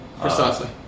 Precisely